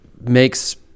makes